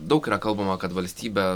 daug yra kalbama kad valstybe